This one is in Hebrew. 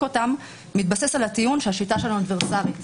אותן מתבסס על הטיעון שהשיטה שלנו אדוורסרית.